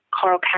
Carl